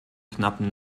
knappen